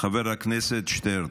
חבר הכנסת שטרן,